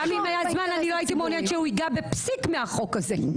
גם אם היה זמן אני לא הייתי מעוניינת שהוא ייגע בפסיק מהחוק הזה.